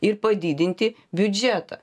ir padidinti biudžetą